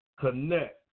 Connect